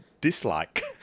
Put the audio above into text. dislike